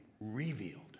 revealed